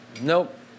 Nope